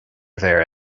mhéar